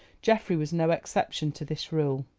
geoffrey was no exception to this rule.